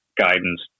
guidance